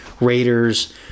Raiders